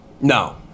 No